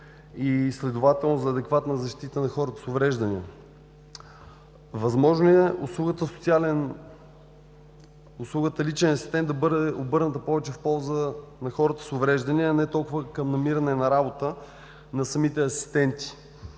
и следователно за адекватна защита на хората с увреждания? Възможно ли е услугата „личен асистент“ да бъде обърната повече в полза на хората с увреждания, а не толкова към намиране на работа на самите асистенти?